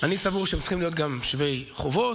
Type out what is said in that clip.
אני סבור שהם צריכים להיות גם שווי חובות,